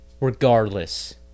Regardless